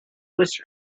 was